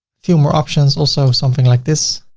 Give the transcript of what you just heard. few more options, also something like this